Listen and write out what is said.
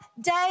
day